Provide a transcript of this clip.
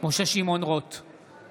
משה שמעון רוט,